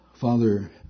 Father